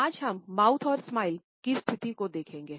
आज हम माउथ की स्थिति को देखेंगे